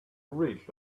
ridge